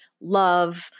love